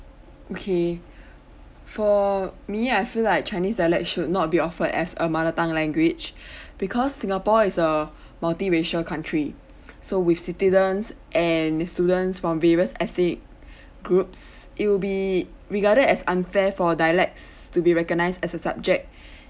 okay for me I feel like chinese dialect should not be offered as a mother tongue language because singapore is a multiracial country so with citizens and students from various ethic groups it will be regarded as unfair for dialects to be recognized as a subject